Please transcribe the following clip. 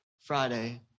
Friday